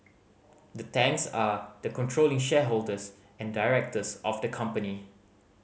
the Tangs are the controlling shareholders and directors of the company